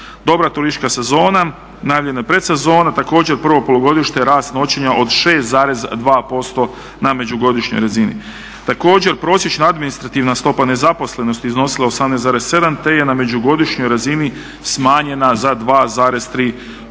Dobra turistička sezona, najavljena predsezona, također prvo polugodište rast noćenja od 6,2% na međugodišnjoj razini. Također prosječna administrativna stopa nezaposlenosti iznosila je 18,7 te je na međugodišnjoj razini smanjena za 2,3%-tna